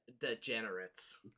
degenerates